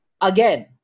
Again